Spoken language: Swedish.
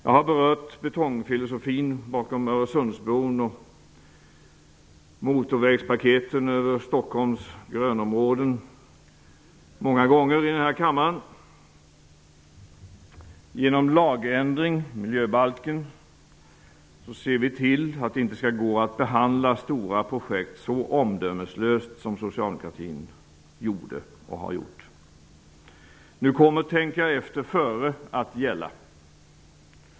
Jag har berört betongfilosofin bakom Stockholms grönområden många gånger i denna kammare. Genom lagändring i miljöbalken ser vi till att det inte skall gå att behandla stora projekt så omdömeslöst som socialdemokratin gjorde och och har gjort. Nu kommer ''Tänk efter före!'' att gälla.